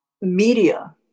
media